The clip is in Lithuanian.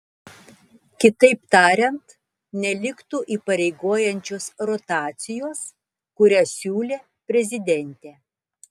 kitaip tariant neliktų įpareigojančios rotacijos kurią siūlė prezidentė